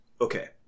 Okay